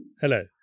Hello